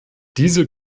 diese